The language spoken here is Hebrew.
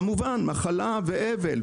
וכמובן, מחלה ואבל.